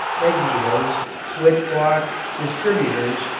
magnetos, switch blocks, distributors,